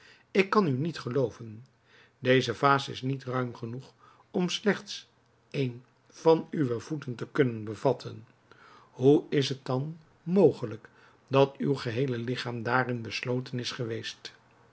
ik kan u niet gelooven deze vaas is niet ruim genoeg om slechts een van uwe voeten te kunnen bevatten hoe is het dan mogelijk dat uw geheele ligchaam daarin besloten is geweest